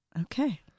Okay